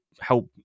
help